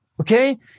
okay